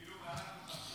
כאילו שאנחנו נפריע.